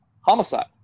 homicide